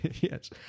Yes